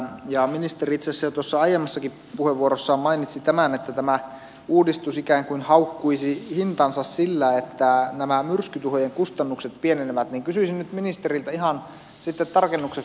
ministeri itse asiassa jo aiemmassakin puheenvuorossaan mainitsi tämän että tämä uudistus ikään kuin haukkuisi hintansa sillä että nämä myrskytuhojen kustannukset pienenevät ja kysyisin nyt ministeriltä ihan sitten tarkennukseksi